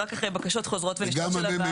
ורק אחרי בקשות חוזרות ונשנות של הוועדה.